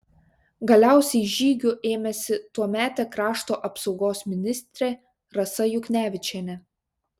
galiausiai žygių ėmėsi tuometė krašto apsaugos ministrė rasa juknevičienė